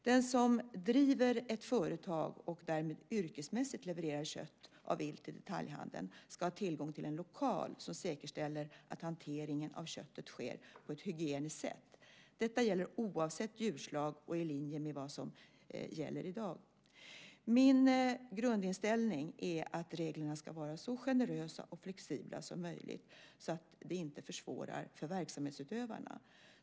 Den som driver ett företag och därmed yrkesmässigt levererar kött av vilt till detaljhandeln ska ha tillgång till en lokal som säkerställer att hanteringen av köttet sker på ett hygieniskt sätt. Detta gäller oavsett djurslag och är i linje med vad som gäller i dag. Min grundinställning är att reglerna ska vara så generösa och flexibla som möjligt så att de inte försvårar för verksamhetsutövarna.